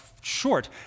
short